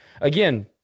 again